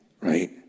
Right